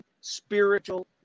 spiritual